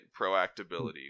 Proactability